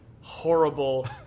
horrible